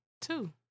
two